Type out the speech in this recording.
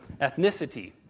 ethnicity